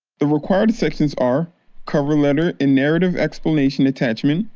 the required sections are cover letter and narrative explanation attachment,